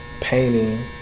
painting